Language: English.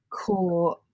core